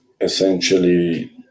essentially